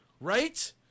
Right